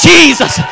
Jesus